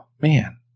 man